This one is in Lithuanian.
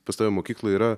pas tave mokykloj yra